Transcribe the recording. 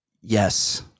Yes